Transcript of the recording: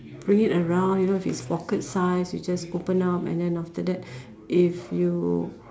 bring it around you know if it it's pocket size you just open up and then after that if you